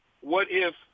what-if